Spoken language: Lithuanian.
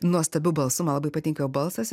nuostabiu balsu man labai patinka jo balsas